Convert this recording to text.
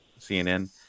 CNN